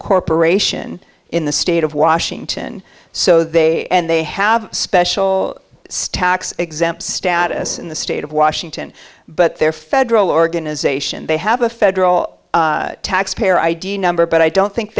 corporation in the state of washington so they and they have special tax exempt status in the state of washington but their federal organization they have a federal taxpayer id number but i don't think